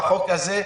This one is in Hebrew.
בחוק הזה,